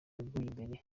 imbere